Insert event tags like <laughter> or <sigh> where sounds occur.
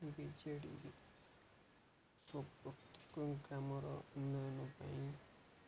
ବିଜେଡ଼ିରେ <unintelligible> ଗ୍ରାମର ଉନ୍ନୟନ ପାଇଁ